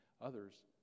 Others